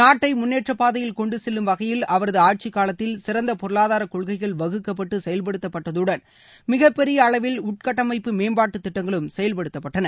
நாட்டை முன்னேற்றப் பாதையில் கொண்டு செல்லும் வகையில் அவரது ஆட்சிக்காலத்தில் சிறந்த பொருளாதார கொள்கைகள் வகுக்கப்பட்டு செயல்படுத்தப்பட்டதுடன் மிகப் பெரிய அளவில் உள்கட்டமைப்பு மேம்பாட்டு திட்டங்களும் செயல்படுத்தப்பட்டன